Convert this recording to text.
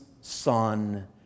son